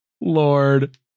Lord